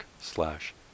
slash